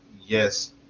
yes